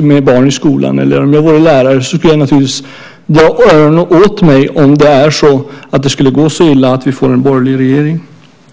med barn i skolan eller om jag vore lärare skulle jag naturligtvis dra öronen åt mig om det går så illa att vi får en borgerlig regering.